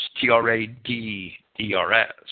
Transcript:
T-R-A-D-E-R-S